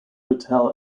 hotel